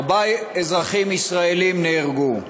ארבעה אזרחים ישראלים נהרגו.